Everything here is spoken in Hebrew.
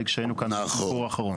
הרי כשהיינו כאן בביקור האחרון.